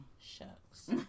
Shucks